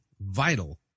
vital